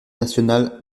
nationale